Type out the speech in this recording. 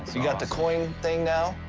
you got the coin thing now.